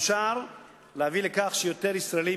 אפשר להביא לכך שיותר ישראלים,